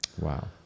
Wow